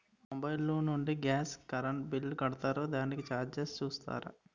మా మొబైల్ లో నుండి గాస్, కరెన్ బిల్ కడతారు దానికి చార్జెస్ చూస్తారా?